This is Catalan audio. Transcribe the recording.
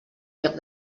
lloc